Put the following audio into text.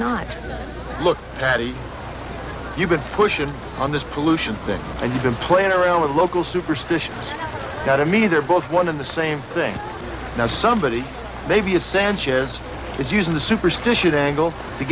not look patty you've been pushing on this pollution thing and you've been playing around with local superstitions got to me they're both one of the same thing now somebody maybe a sanchez is using the superstition angle to